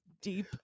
deep